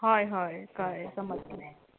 हय हय कळ्ळें समजलें